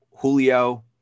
Julio